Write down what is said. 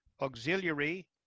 auxiliary